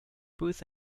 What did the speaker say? booth